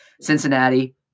Cincinnati